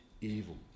evil